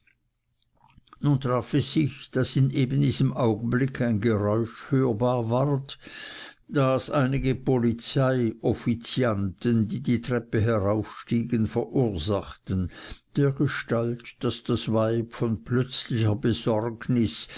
nun traf es sich daß in ebendiesem augenblick ein geräusch hörbar ward das einige polizei offizianten die die treppe heraufstiegen verursachten dergestalt daß das weib von plötzlicher besorgnis